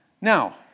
Now